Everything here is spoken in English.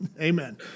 amen